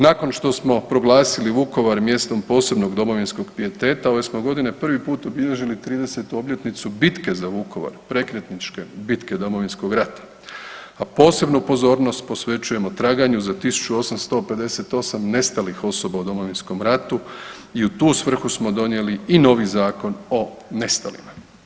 Nakon što smo proglasili Vukovar mjestom posebnog domovinskog pijeteta ove godine smo prvi put obilježili 30-tu obljetnicu bitke za Vukovar, prekretničke bitke Domovinskog rata, a posebnu pozornost posvećujemo traganju za 1858 nestalih osoba u Domovinskom ratu i u tu svrhu smo donijeli i novi Zakon o nestalima.